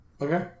Okay